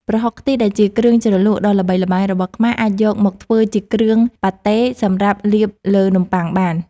ប្រហុកខ្ទិះដែលជាគ្រឿងជ្រលក់ដ៏ល្បីល្បាញរបស់ខ្មែរអាចយកមកធ្វើជាគ្រឿងប៉ាតេសម្រាប់លាបលើនំប៉័ងបាន។